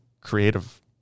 creative